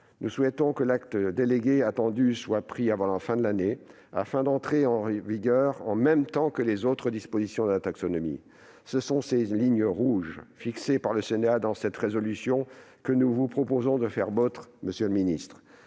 Nous souhaitons que l'acte délégué attendu soit pris avant la fin de l'année, de sorte qu'il entre en vigueur en même temps que les autres dispositions de la taxonomie. Ce sont ces lignes rouges, fixées par le Sénat dans sa résolution, que nous vous proposons de faire vôtres, monsieur le secrétaire